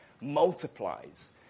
multiplies